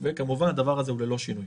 וכמובן הדבר הזה הוא ללא שינוי.